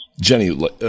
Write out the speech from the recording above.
Jenny